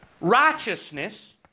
righteousness